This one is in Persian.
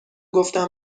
گفتم